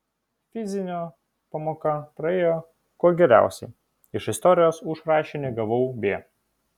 fizinio pamoka praėjo kuo geriausiai iš istorijos už rašinį gavau b